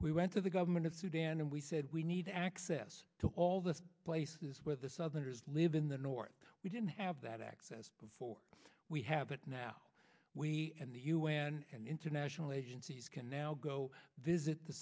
we went to the government of sudan and we said we need access all the places where the southerners live in the north we didn't have that access before we have but now we and the un and international agencies can now go visit the